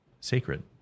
sacred